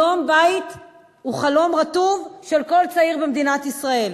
היום בית הוא חלום רטוב של כל צעיר במדינת ישראל.